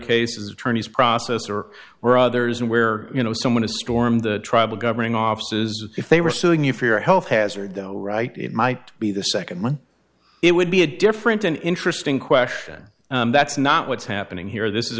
cases attorneys process or were others where you know someone has stormed trouble governing offices if they were suing you for your health hazard though right it might be the second one it would be a different an interesting question that's not what's happening here this is